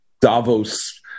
Davos